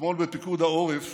אתמול בפיקוד העורף